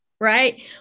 right